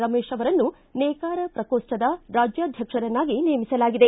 ರಮೇಶ್ ಅವರನ್ನು ನೇಕಾರ ಪ್ರಕೋಷ್ಠದ ರಾಜ್ಯಾಧ್ಯಕ್ಷರನ್ನಾಗಿ ನೇಮಿಸಲಾಗಿದೆ